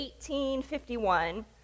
1851